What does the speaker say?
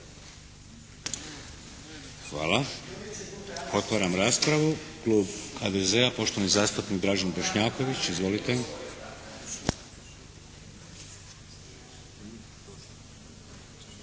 Hvala. Otvaram raspravu. Klub HDZ-a, poštovani zastupnik Dražen Bošnjaković. Izvolite.